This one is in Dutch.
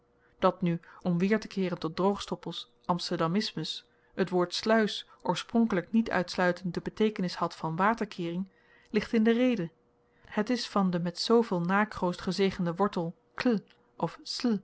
dat nu om weertekeeren tot droogstoppel's amsterdamismus t woord sluis oorspronkelyk niet uitsluitend de beteekenis had van waterkeering ligt in de rede het is van den met zooveel nakroost gezegenden wortel kl of